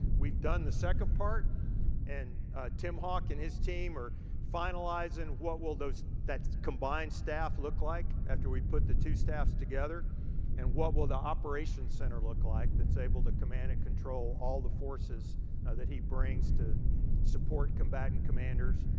we've done the second part and tim hawk and his team are finalizing what will that that combined staff look like after we put the two staffs together and what will the operations center look like that's able to command and control all the forces that he brings to support combat and commanders.